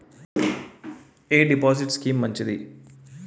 ఎ deposit scheme మంచిది?